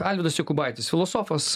alvydas jokubaitis filosofas